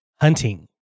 hunting